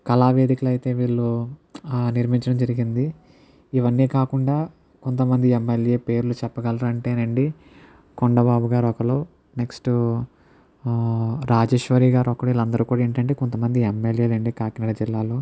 కళా వేదికలు అయితే వీళ్ళు నిర్మించడం జరిగింది ఇవన్నీ కాకుండా కొంతమంది ఎంఎల్ఏ పేర్లు చెప్పగలరా అంటే అండి కొండబాబు గారు ఒకలు నెక్స్ట్ రాజేశ్వరి గారు ఒకరు వీళ్ళందరూ కూడా ఏంటి అంటే కొంతమంది ఎంఎల్ఏలు అండి కాకినాడ జిల్లాలో